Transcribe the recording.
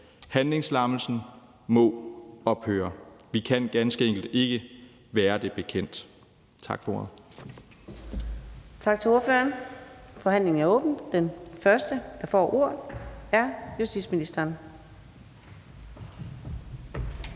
Handlingslammelsen må ophøre. For vi kan ganske enkelt ikke være det bekendt.